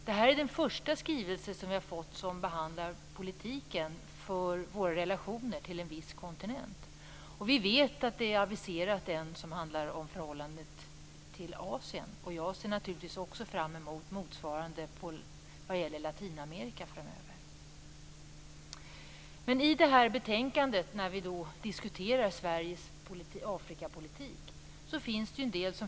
Det här är den första skrivelse vi fått som behandlar politiken för våra relationer till en viss kontinent. Vi vet att det har aviserats en skrivelse som handlar om förhållandet till Asien. Jag ser naturligtvis också fram emot motsvarande vad gäller Latinamerika. I det här betänkandet diskuterar vi Sveriges Afrikapolitik.